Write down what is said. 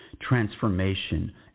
transformation